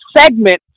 segment